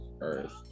earth